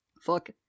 Fuck